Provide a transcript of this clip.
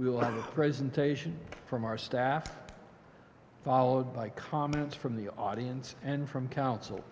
the presentation from our staff followed by comments from the audience and from council